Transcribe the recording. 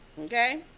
okay